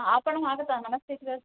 आपणं आगता नमस्ते सर